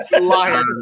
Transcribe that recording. Liar